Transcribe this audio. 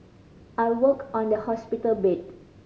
I worked on the hospital